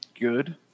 Good